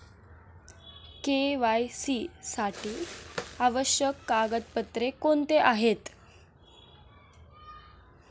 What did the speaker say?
KYC साठी आवश्यक कागदपत्रे कोणती आहेत?